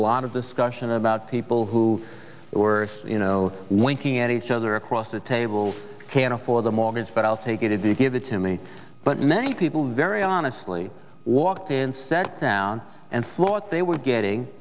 lot of discussion about people who were winking at each other across the table can't afford the mortgage but i'll take it if you give it to me but many people very honestly walked in sat down and thought they were getting